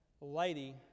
lady